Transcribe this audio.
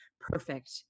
perfect